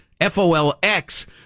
F-O-L-X